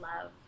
love